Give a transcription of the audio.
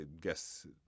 guess